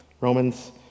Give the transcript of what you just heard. Romans